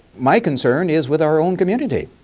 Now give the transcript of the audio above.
my concern is with our own community.